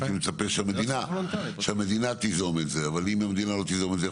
אני הייתי מצפה שהמדינה תיזום את זה אבל אם המדינה לא תיזום את זה,